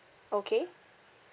okay